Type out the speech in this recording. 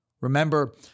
Remember